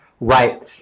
right